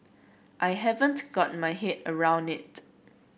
I haven't got my head around it